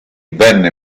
venne